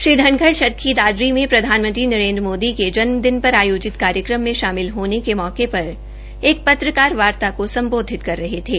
श्री धनखड़ चरखी दादरी में प्रधानमंत्री नरेन्द्र मोदी के जन्मदिन पर आयोजित कार्यक्रम में शामिल होने के मौके पर एक पत्रकारवार्ता को सम्बोधित कर रहे थे